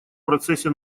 процессе